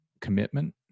commitment